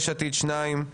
יש עתיד שניים,